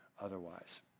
otherwise